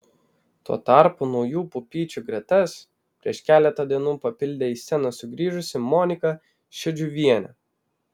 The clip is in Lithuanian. tuo tarpu naujų pupyčių gretas prieš keletą dienų papildė į sceną sugrįžusi monika šedžiuvienė